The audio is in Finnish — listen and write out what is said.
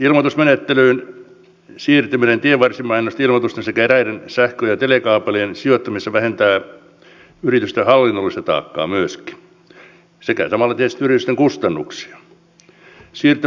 ilmoitusmenettelyyn siirtyminen tienvarsimainosten ilmoitusten sekä eräiden sähkö ja telekaapelien sijoittamisessa vähentää yritysten hallinnollista taakkaa myöskin sekä samalla tietysti yritysten kustannuksia